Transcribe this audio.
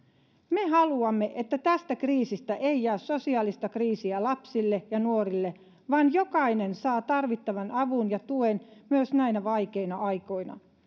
me haluamme että tästä kriisistä ei jää sosiaalista kriisiä lapsille ja nuorille vaan jokainen saa tarvittavan avun ja tuen myös näinä vaikeina aikoina